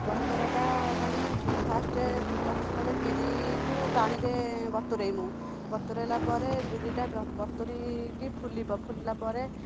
ଦହିବରାଟା କଲେ ଫାଷ୍ଟ ପ୍ରଥମରେ ବିରିକୁ ପାଣିରେ ବତୁରାଇବୁ ବତୁରାଇଲା ପରେ ବିରିଟା ବତୁରିକି ଫୁଲିବ ଫୁଲିଲା ପରେ